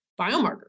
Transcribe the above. biomarker